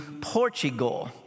portugal